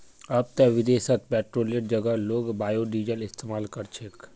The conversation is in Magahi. अब ते विदेशत पेट्रोलेर जगह लोग बायोडीजल इस्तमाल कर छेक